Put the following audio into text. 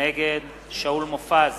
נגד שאול מופז,